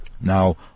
Now